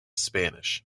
spanish